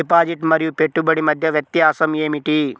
Deposit మరియు పెట్టుబడి మధ్య వ్యత్యాసం ఏమిటీ?